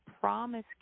Promise